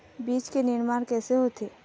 बीज के निर्माण कैसे होथे?